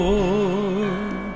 Lord